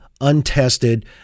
untested